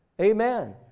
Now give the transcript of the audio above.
Amen